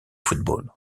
football